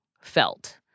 felt